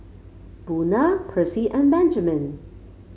Buna Percy and Benjamin